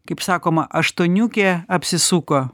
kaip sakoma aštuoniukė apsisuko